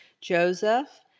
Joseph